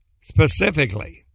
specifically